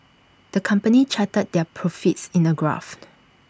the company charted their profits in A graphed